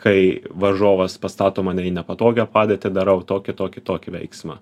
kai varžovas pastato mane į nepatogią padėtį darau tokį tokį tokį veiksmą